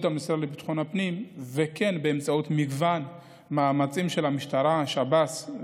המשרד לביטחון הפנים באמצעות מגוון מאמצים של המשטרה והשב"ס,